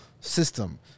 system